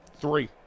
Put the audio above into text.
three